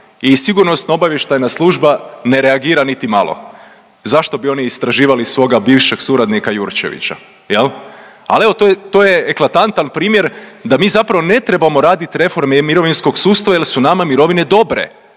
i Sigurnosno-obavještajna služba ne reagira niti malo, zašto bi oni istraživali svoga bivšeg suradnika Jurčevića, jel? Al evo, to je, to je eklatantan primjer da mi zapravo ne trebamo radit reforme mirovinskog sustava jel su nama mirovine dobre,